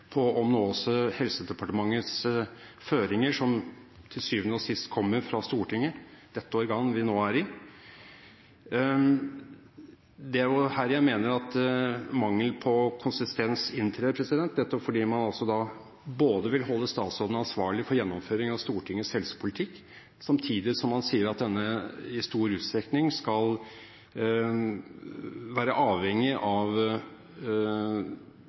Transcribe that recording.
på Helse- og omsorgsdepartementets føringer, som til syvende og sist kommer fra Stortinget, dette organ vi nå er i. Det er her jeg mener at mangelen på konsistens inntrer, dette fordi man både vil holde statsråden ansvarlig for gjennomføring av Stortingets helsepolitikk, samtidig som man sier at denne i stor utstrekning skal være avhengig av